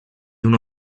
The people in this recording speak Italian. uno